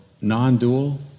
non-dual